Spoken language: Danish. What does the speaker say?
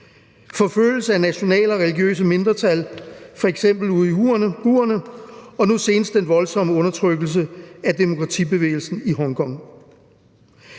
forfølgelse af nationale og religiøse mindretal, f.eks. uighurerne, og nu senest den voldsomme undertrykkelse af demokratibevægelsen i Hongkong.